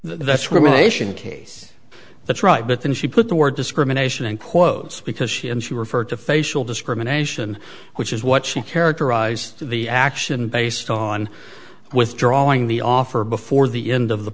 case that's right but then she put the word discrimination in quotes because she and she referred to facial discrimination which is what she characterized the action based on withdrawing the offer before the end of the